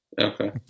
Okay